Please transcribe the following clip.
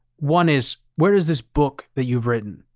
one is, where is this book that you've written,